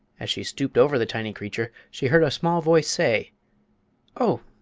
as she stooped over the tiny creature, she heard a small voice say oh,